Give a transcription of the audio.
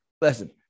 listen